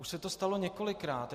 Už se to stalo několikrát.